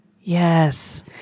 Yes